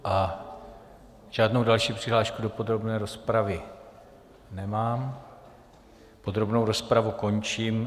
A žádnou další přihlášku do podrobné rozpravy nemám, podrobnou rozpravu končím.